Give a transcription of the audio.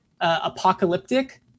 apocalyptic